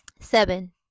Seven